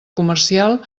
comercial